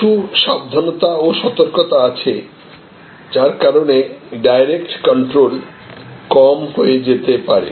কিছু সাবধানতা ও সতর্কতা আছে যার কারণে ডাইরেক্ট কন্ট্রোল কম হয়ে যেতে পারে